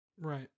right